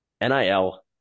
nil